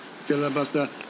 Filibuster